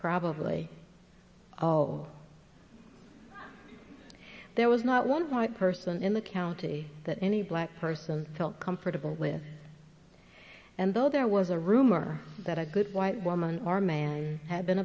probably oh there was not one white person in the county that any black person felt comfortable with and though there was a rumor that a good white woman or man had been